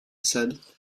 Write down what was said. said